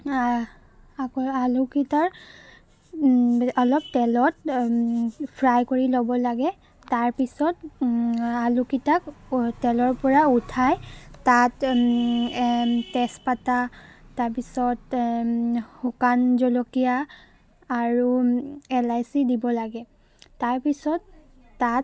আকৌ আলুকেইটাৰ অলপ তেলত ফ্ৰাই কৰি ল'ব লাগে তাৰপিছত আলুকেইটাক তেলৰপৰা উঠাই তাত তেজপাতা তাৰপিছত শুকান জলকীয়া আৰু এলাইচি দিব লাগে তাৰপিছত তাত